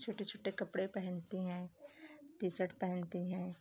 छोटे छोटे कपड़े पहनती हैं टी शर्ट पहनती हैं